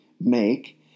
make